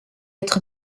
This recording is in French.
être